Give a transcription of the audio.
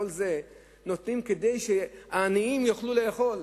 את כל זה נותנים כדי שהעניים יוכלו לאכול.